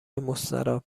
مستراح